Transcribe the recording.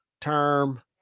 term